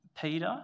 Peter